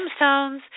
gemstones